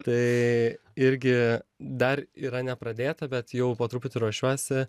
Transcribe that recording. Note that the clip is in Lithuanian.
tai irgi dar yra nepradėta bet jau po truputį ruošiuosi